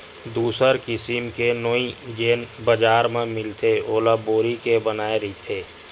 दूसर किसिम के नोई जेन ह बजार म मिलथे ओला बोरी के बनाये रहिथे